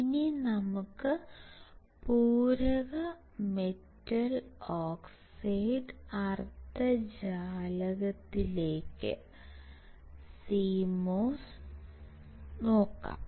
ഇനി നമുക്ക് പൂരക മെറ്റൽ ഓക്സൈഡ് അർദ്ധചാലകത്തിലേക്ക് നോക്കാം